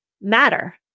matter